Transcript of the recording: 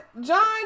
John